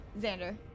Xander